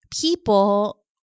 people